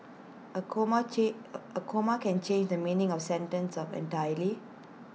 A comma change A a comma can change the meaning of A sentence entirely